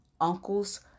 uncles